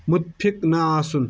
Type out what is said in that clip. مُتفِف نہٕ آسُن